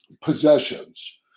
possessions